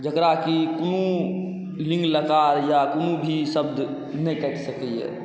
जकरा कि कोनो लिङ्ग लकार या कोनो भी शब्द नहि काटि सकैए